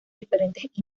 diferentes